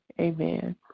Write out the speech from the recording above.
Amen